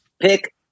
pick